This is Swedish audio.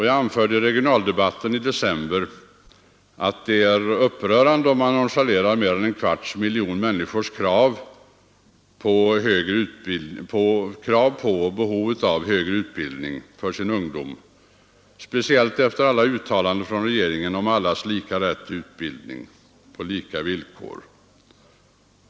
Jag anförde i regionaldebatten i december att det är upprörande, om man nonchalerar mer än en kvarts miljon människors krav på och behov av högre utbildning för sin ungdom, speciellt efter alla uttalanden från regeringen om allas rätt till utbildning på lika villkor.